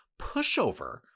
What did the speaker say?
pushover